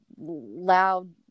loud